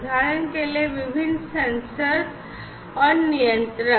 उदाहरण के लिए विभिन्न सेंसर और नियंत्रक